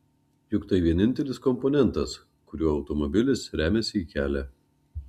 juk tai vienintelis komponentas kuriuo automobilis remiasi į kelią